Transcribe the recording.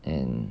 and